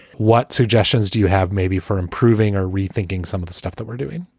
what suggestions do you have maybe for improving or rethinking some of the stuff that we're doing?